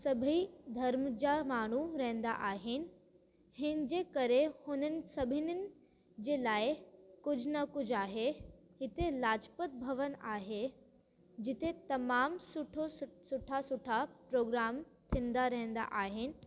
सभई धर्म जा माण्हू रहंदा आहिनि हिन जे करे हुननि सभिनिन जे लाइ कुझु न कुझ आहे हिते लाजपत भवन आहे जिते तमामु सुठो सु सुठा सुठा प्रोग्रराम थींदा रहंदा आहिनि